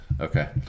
Okay